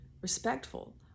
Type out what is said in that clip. respectful